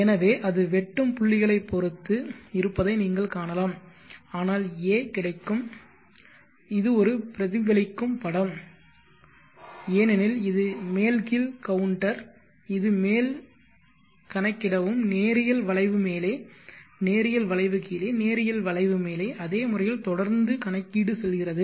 எனவே அது வெட்டும் புள்ளிகளைப் பொறுத்து இருப்பதை நீங்கள் காணலாம் இதனால் a கிடைக்கும் இது ஒரு பிரதிபலிக்கும் படம் ஏனெனில் இது மேல் கீழ் கவுண்டர் இது மேல் கணக்கிடவும் நேரியல் வளைவு மேலே நேரியல் வளைவு கீழே நேரியல் வளைவு மேலே அதே முறையில் தொடர்ந்து கணக்கீடு செல்கிறது